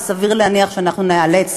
וסביר להניח שאנחנו ניאלץ